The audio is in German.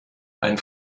ein